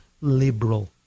liberal